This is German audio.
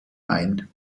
ein